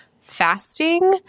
fasting